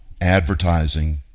advertising